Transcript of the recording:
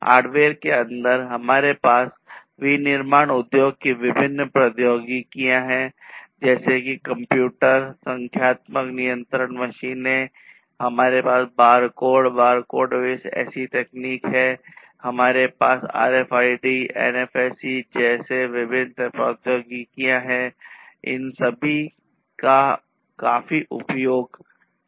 hardware के अंदर हमारे पास विनिर्माण उद्योगों में विभिन्न प्रौद्योगिकियां हैं जैसे कि कंप्यूटर संख्यात्मक नियंत्रण मशीनें हमारे पास बारकोड जैसी विभिन्न प्रौद्योगिकियां हैं इन सभी का काफी उपयोग किया जाता है व्यापक रूप से ये और ऐसी प्रौद्योगिकियां हैं जिन्होंने समग्र रूप से भी विनिर्माण उद्योगों की उन्नति में योगदान दिया है